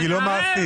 היא לא מעשית.